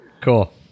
Cool